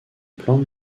plante